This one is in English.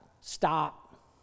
Stop